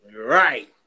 Right